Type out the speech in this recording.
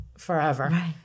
Forever